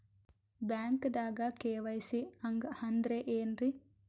ಬ್ಯಾಂಕ್ದಾಗ ಕೆ.ವೈ.ಸಿ ಹಂಗ್ ಅಂದ್ರೆ ಏನ್ರೀ?